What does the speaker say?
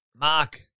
Mark